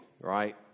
right